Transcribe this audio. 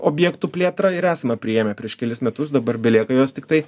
objektų plėtrą ir esame priėmę prieš kelis metus dabar belieka juos tiktai